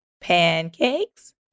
Pancakes